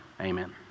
Amen